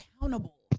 accountable